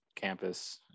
campus